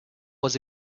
was